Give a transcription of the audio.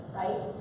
right